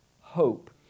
hope